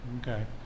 Okay